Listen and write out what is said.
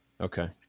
okay